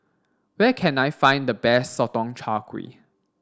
where can I find the best Sotong Char Kway